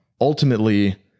ultimately